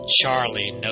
Charlie